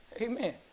Amen